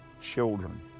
children